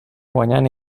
guanyant